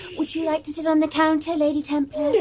would you like to sit on the counter, lady templar? and